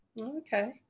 Okay